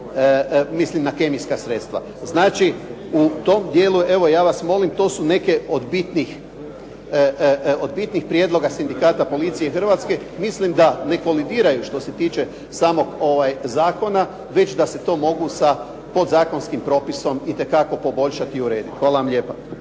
mislim na kemijska sredstva. Znači evo u tom dijelu ja vas molim to su neke od bitnih prijedloga sindikata policije Hrvatske. Mislim da ne ... što se tiče samog zakona, već da se to mogu sa podzakonskim propisom itekako poboljšati i urediti. Hvala vam lijepa.